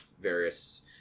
various